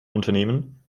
unternehmen